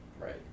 right